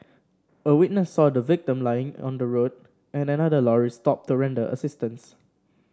a witness saw the victim lying on the road and another lorry stopped to render assistance